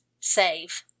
save